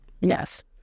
Yes